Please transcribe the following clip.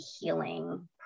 healing